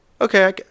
okay